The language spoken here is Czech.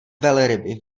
velryby